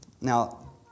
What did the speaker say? Now